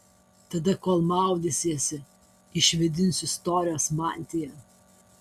tada kol maudysiesi išvėdinsiu istorijos mantiją